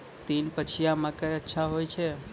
तीन पछिया मकई अच्छा होय छै?